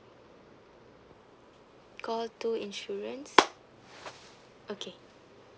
call two insurance okay